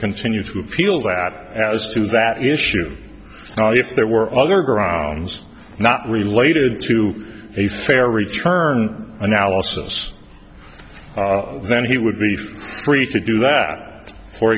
continue to feel that as to that issue if there were other grounds not related to a fair return analysis then he would be free to do that for